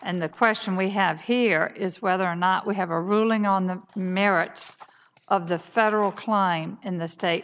and the question we have here is whether or not we have a ruling on the merits of the federal kline in the state